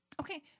Okay